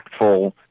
impactful